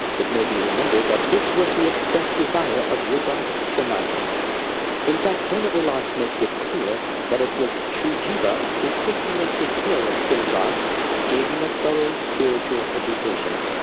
it may be remembered that this was the expressed desire of rupa-sanatan. in fact, prema-vilas makes it clear that it was shri jiva who personally took care of shrinivas and gave him a thorough spiritual education.